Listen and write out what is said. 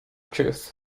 truth